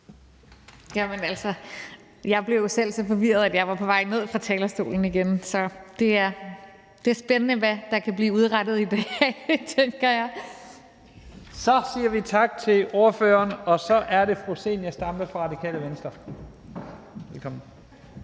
Jeg blev selv så forvirret, at jeg var på vej ned fra talerstolen igen. Det er spændende, hvad der kan blive udrettet i dag, tænker jeg. Kl. 12:12 Første næstformand (Leif Lahn Jensen): Så siger vi tak til ordføreren, og så er det fru Zenia Stampe fra Radikale Venstre. Velkommen.